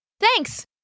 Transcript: Thanks